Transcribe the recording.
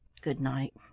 good-night.